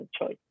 choice